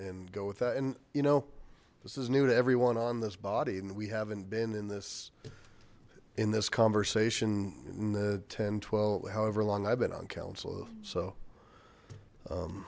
and go with that and you know this is new to everyone on this body and we haven't been in this in this conversation in the ten twelve however long i've been on council so